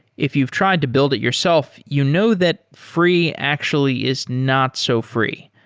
if you've tried to build it yourself, you know that free actually is not so free.